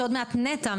שעוד מעט נטע,